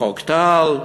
בחוק טל,